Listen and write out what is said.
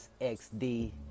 XD